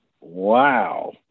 wow